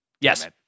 Yes